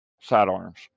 sidearms